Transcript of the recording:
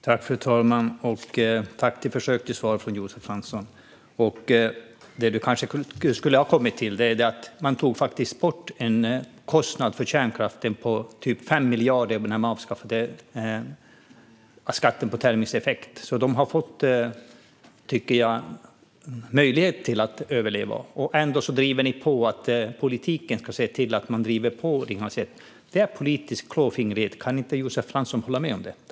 Fru talman! Tack för försöket till svar från Josef Fransson! Det du kanske skulle ha kommit till är att man faktiskt tog bort en kostnad för kärnkraften på omkring 5 miljarder genom skatten på termisk effekt. Kärnkraften har fått möjlighet att överleva, tycker jag. Men ändå driver ni på för att politiken ska se till att man fortsätter med Ringhals 1. Det är politisk klåfingrighet. Kan inte Josef Fransson hålla med om det?